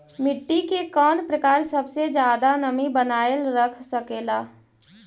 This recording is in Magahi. मिट्टी के कौन प्रकार सबसे जादा नमी बनाएल रख सकेला?